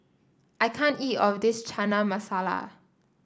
I can't eat of this Chana Masala